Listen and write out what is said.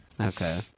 Okay